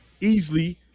easily